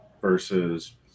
versus